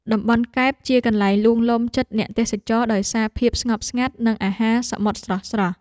តំបន់កែបជាកន្លែងលួងលោមចិត្តអ្នកទេសចរដោយសារភាពស្ងប់ស្ងាត់ និងអាហារសមុទ្រស្រស់ៗ។